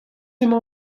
emañ